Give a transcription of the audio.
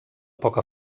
poca